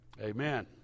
amen